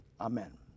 amen